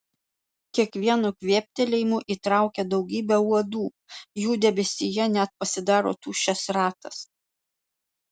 kiekvienu kvėptelėjimu įtraukia daugybę uodų jų debesyje net pasidaro tuščias ratas